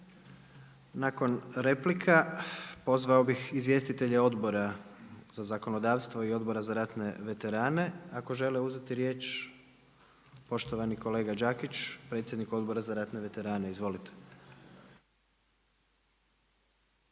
Nakon replika, pozvao bi izvjestitelja Obora za zakonodavstvo i Odbora za ratne veterane ako žele uzeti riječ. Poštovani kolega Đakić, predsjednik Odbora za ratne veterane. Izvolite.